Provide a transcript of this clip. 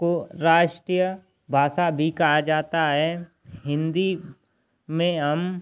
को राष्ट्रीय भाषा भी कहा जाता है हिन्दी में हम